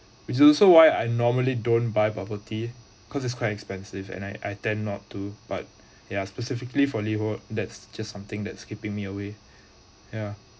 which is also why I normally don't buy bubble tea cause it's quite expensive and I I tend not to but ya specifically for liho that's just something that keeping me away ya